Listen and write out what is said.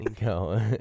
Go